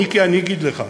מיקי, אני אגיד לך.